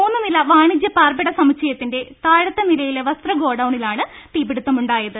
മൂന്നു നില വാണിജ്യ പാർപ്പിട സമുച്ചയത്തിന്റെ താഴത്തെ നിലയിലെ വസ്ത്ര ഗോഡൌണിലാണ് തീപിടിത്തമുണ്ടായത്